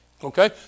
Okay